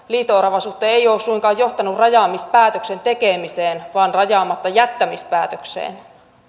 liito oravan suhteen ei ole suinkaan johtanut rajaamispäätöksen tekemiseen vaan rajaamattajättämispäätökseen